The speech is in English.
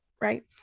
right